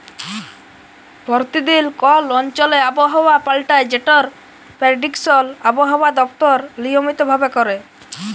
পরতিদিল কল অঞ্চলে আবহাওয়া পাল্টায় যেটর পেরডিকশল আবহাওয়া দপ্তর লিয়মিত ভাবে ক্যরে